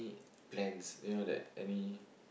plans you know that any